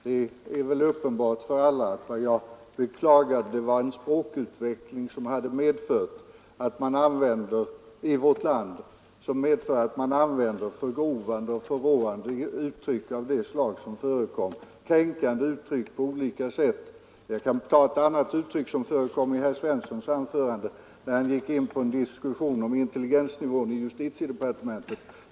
Det är väl uppenbart för alla att jag beklagade en språkutveckling i vårt land som medfört att man använder förgrovande och förråande och på olika sätt kränkande uttryck. Som exempel kan jag ta en vändning som förekom i herr Svenssons anförande när han gick in på en bedömning av intelligensnivån hos medarbetarna i justitiedepartementet.